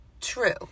True